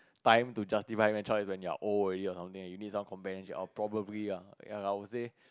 time to justify when a child is when you're old already or something you need some companionship or probably ya ya I would say